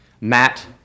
Matt